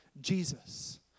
Jesus